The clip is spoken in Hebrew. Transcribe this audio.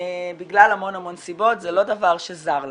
בגלל המון המון סיבות, זה לא דבר שזר לנו.